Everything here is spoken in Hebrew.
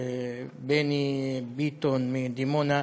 ובני ביטון מדימונה.